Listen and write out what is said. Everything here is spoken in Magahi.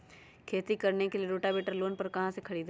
खेती करने के लिए रोटावेटर लोन पर कहाँ से खरीदे?